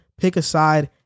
PICKASIDE